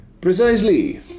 Precisely